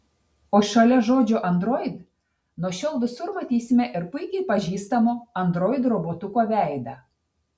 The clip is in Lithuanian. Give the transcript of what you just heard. o šalia žodžio android nuo šiol visur matysime ir puikiai pažįstamo android robotuko veidą